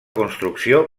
construcció